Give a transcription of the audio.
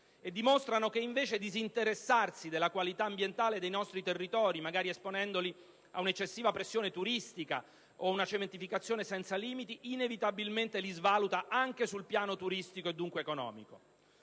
turistica e che, invece, disinteressarsi della qualità ambientale dei nostri territori, magari esponendoli a un'eccessiva pressione turistica o a una cementificazione senza limiti, inevitabilmente li svaluta anche sul piano turistico e, dunque, economico.